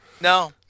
No